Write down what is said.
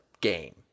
game